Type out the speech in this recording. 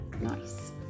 nice